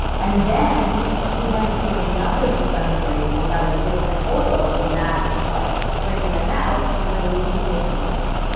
and then he went to another dispensary and got a different oil when that like strain ran out, and her leukemia came back.